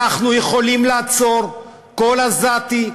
אנחנו יכולים לעצור כל עזתי,